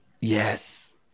Yes